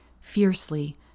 fiercely